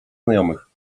znajomych